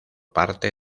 parte